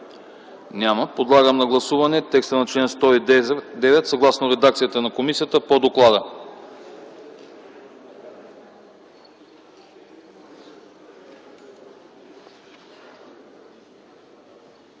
Няма. Подлагам на гласуване текста на чл. 108, съгласно редакцията на комисията по доклада.